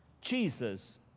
Jesus